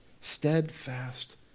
Steadfast